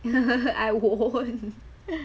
I won't